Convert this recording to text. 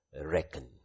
Reckon